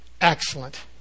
Excellent